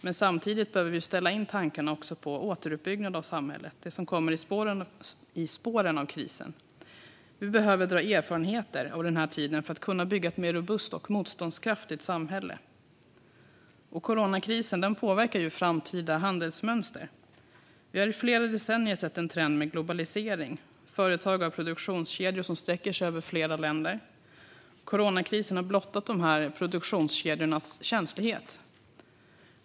Men samtidigt behöver vi ställa in tankarna på återuppbyggnad av samhället och på det som kommer i spåren av krisen. Vi behöver dra erfarenheter av den här tiden för att kunna bygga ett mer robust och motståndskraftigt samhälle. Coronakrisen påverkar framtida handelsmönster. Vi har i flera decennier sett en trend med globalisering. Företag har produktionskedjor som sträcker sig över flera länder. Coronakrisen har blottat de här produktionskedjornas känslighet.